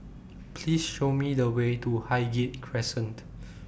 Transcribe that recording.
Please Show Me The Way to Highgate Crescent